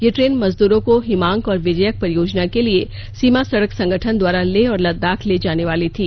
यह ट्रेन मजदूरों को हिमांक और विजयक परियोजना के लिए सीमा सड़क संगठन द्वारा लेह और लद्दाख ले जाने वाली थी